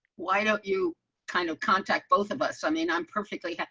why don't you kind of contact both of us. i mean, i'm perfectly.